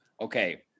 okay